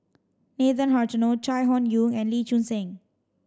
Nathan Hartono Chai Hon Yoong and Lee Choon Seng